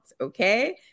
okay